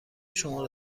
شماره